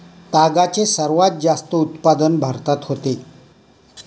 तागाचे सर्वात जास्त उत्पादन भारतात होते